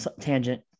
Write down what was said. tangent